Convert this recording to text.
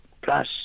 plus